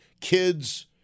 kids